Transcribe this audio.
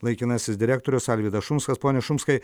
laikinasis direktorius alvydas šumskas pone šumskai